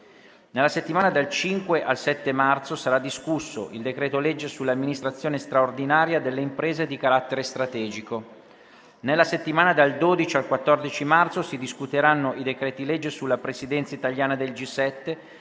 Nella settimana dal 5 al 7 marzo sarà discusso il decreto-legge sull'amministrazione straordinaria delle imprese di carattere strategico. Nella settimana dal 12 al 14 marzo si discuteranno i decreti-legge sulla Presidenza italiana del G7,